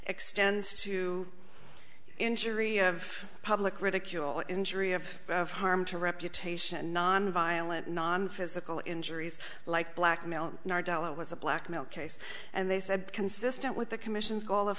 extends to injury of public ridicule injury of harm to reputation nonviolent non physical injuries like black male nardella was a black male case and they said consistent with the commission's goal of